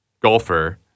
golfer